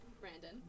Brandon